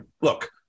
look